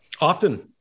Often